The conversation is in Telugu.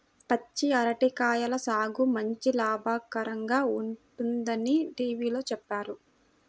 పచ్చి అరటి కాయల సాగు మంచి లాభకరంగా ఉంటుందని టీవీలో చెప్పారు